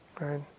right